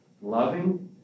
loving